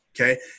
Okay